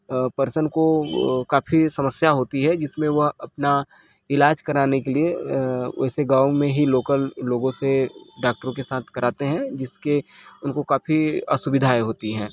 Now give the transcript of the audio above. person को काफ़ी समस्या होती है जिसमें वह अपना इलाज कराने के लिए वैसे गाँव में ही लोकल लोगों से डॉक्टरों के साथ कराते हैं जिससे उनको काफ़ी असुविधाएँ होती है